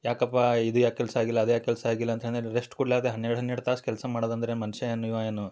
ಯಾಕಪ್ಪ ಇದು ಯಾಕೆ ಕೆಲಸ ಆಗಿಲ್ಲ ಅದ್ಯಾಕೆ ಕೆಲಸ ಆಗಿಲ್ಲ ಅಂತಂದ್ರೆ ರೆಸ್ಟ್ ಕೊಡಲಾರ್ದೆ ಹನ್ನೆರಡು ಹನ್ನೆರಡು ತಾಸು ಕೆಲಸ ಮಾಡದಂದ್ರೆ ಏನು ಮನುಷ್ಯ ಏನು ಇವ ಏನು